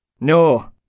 No